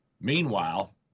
Meanwhile